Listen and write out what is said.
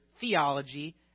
theology